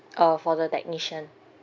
uh for the technician